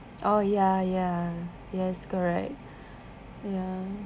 oh ya ya yes correct ya